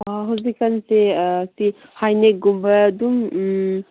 ꯍꯧꯖꯤꯛꯀꯥꯟꯁꯦ ꯁꯤ ꯍꯥꯏꯅꯦꯛꯀꯨꯝꯕ ꯑꯗꯨꯝ